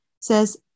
says